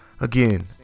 Again